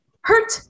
hurt